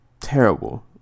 terrible